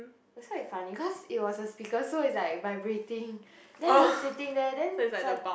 was quite funny cause it was a speaker so is like vibrating then we were sitting there then sudden